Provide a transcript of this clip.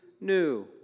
new